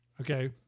okay